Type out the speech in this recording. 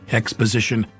exposition